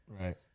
Right